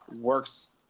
works